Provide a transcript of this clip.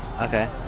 Okay